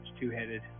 two-headed